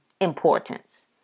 importance